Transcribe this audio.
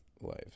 life